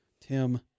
Tim